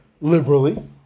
liberally